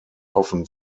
often